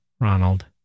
Ronald